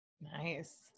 Nice